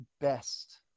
best